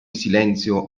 silenzio